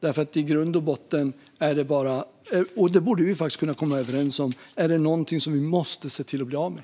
Detta är i grund och botten - det borde vi faktiskt kunna komma överens om - något som vi måste se till att bli av med.